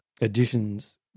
additions